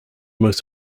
most